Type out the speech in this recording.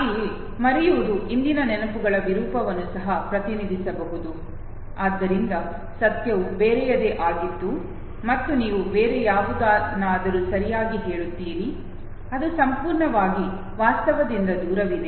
ಹಾಗೆಯೇ ಮರೆಯುವುದು ಹಿಂದಿನ ನೆನಪುಗಳ ವಿರೂಪವನ್ನು ಸಹ ಪ್ರತಿನಿಧಿಸಬಹುದು ಆದ್ದರಿಂದ ಸತ್ಯವು ಬೇರೆಯದೇ ಆಗಿತ್ತು ಮತ್ತು ನೀವು ಬೇರೆ ಯಾವುದನ್ನಾದರೂ ಸರಿಯಾಗಿ ಹೇಳುತ್ತೀರಿ ಅದು ಸಂಪೂರ್ಣವಾಗಿ ವಾಸ್ತವದಿಂದ ದೂರವಿದೆ